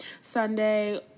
Sunday